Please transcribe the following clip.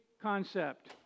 concept